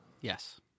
Yes